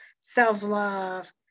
self-love